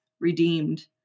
redeemed